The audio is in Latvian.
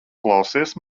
klausies